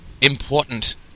important